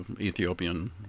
Ethiopian